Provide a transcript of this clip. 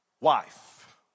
wife